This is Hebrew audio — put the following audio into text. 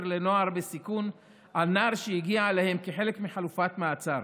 לנוער בסיכון על נער שהגיע אליהם כחלק מחלופת מעצר,